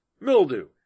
mildew